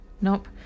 Nope